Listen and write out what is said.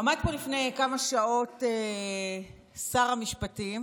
עמד פה לפני כמה שעות שר המשפטים